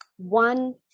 One